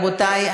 רבותי,